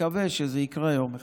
נקווה שזה יקרה יום אחד.